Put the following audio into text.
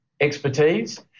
expertise